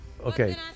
okay